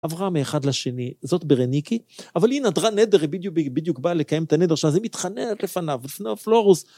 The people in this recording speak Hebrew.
עברה מאחד לשני, זאת ברניקי, אבל היא נדרה נדר, היא בדיוק באה לקיים את הנדר שלה, אז היא מתחננת לפניו, לפני הפלורוס.